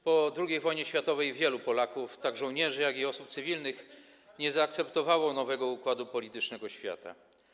Po II wojnie światowej wielu Polaków, tak żołnierzy, jak i osób cywilnych, nie zaakceptowało nowego układu politycznego świata.